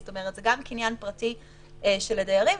זאת אומרת שזה גם קניין פרטי של הדיירים,